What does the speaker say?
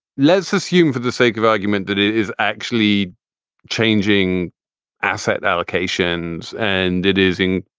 let's assume for the sake of argument that it is actually changing asset allocations and it is in,